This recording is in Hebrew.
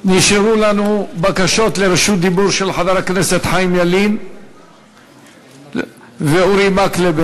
נשארו לנו בקשות לרשות דיבור של חבר הכנסת חיים ילין ואורי מקלב,